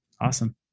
Awesome